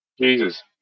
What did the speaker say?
Jesus